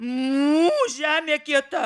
mū žemė kieta